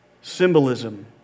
symbolism